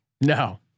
No